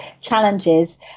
challenges